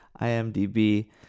imdb